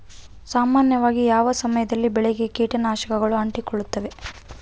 ಸಾಮಾನ್ಯವಾಗಿ ಯಾವ ಸಮಯದಲ್ಲಿ ಬೆಳೆಗೆ ಕೇಟನಾಶಕಗಳು ಅಂಟಿಕೊಳ್ಳುತ್ತವೆ?